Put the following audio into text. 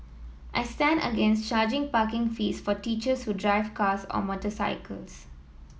I stand against charging parking fees for teachers who drive cars or motorcycles